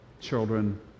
children